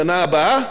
זה ל-10,